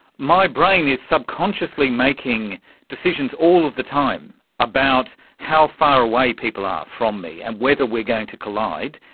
my brain is subconsciously making decisions all of the time about how far away people are from me and whether we are going to collide,